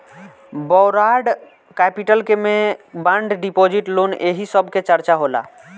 borrowed capital के में bond deposit loan एही सब के चर्चा होला